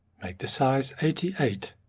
make the size eighty eight.